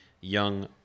Young